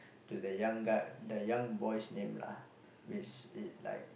to the young guy the young boy's name lah which it like